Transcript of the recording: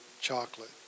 chocolate